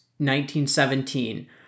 1917